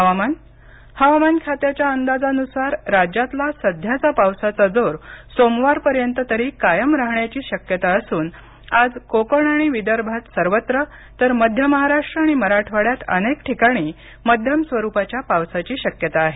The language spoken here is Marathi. हवामान हवामान खात्याच्या अंदाजानुसार राज्यातला सध्याचा पावसाचा जोर सोमवारपर्यंत तरी कायम राहण्याची शक्यता असून आज कोकण आणि विदर्भात सर्वत्र तर मध्य महाराष्ट्र आणि मराठवाड्यात अनेक ठिकाणी मध्यम स्वरुपाच्या पावसाची शक्यता आहे